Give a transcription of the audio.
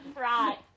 Right